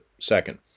second